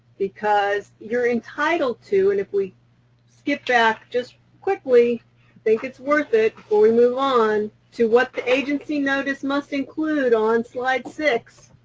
because you're entitled to and if we skip back just quickly, i think it's worth it before we move on, to what the agency notice must include on slide six,